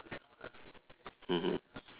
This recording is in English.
mmhmm